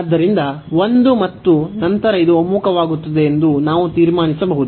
ಆದ್ದರಿಂದ 1 ಮತ್ತು ನಂತರ ಇದು ಒಮ್ಮುಖವಾಗುತ್ತದೆ ಎಂದು ನಾವು ತೀರ್ಮಾನಿಸಬಹುದು